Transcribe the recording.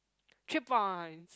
three points